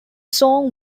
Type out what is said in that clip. song